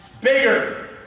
bigger